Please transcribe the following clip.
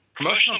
Promotional